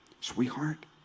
Sweetheart